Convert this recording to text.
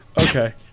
Okay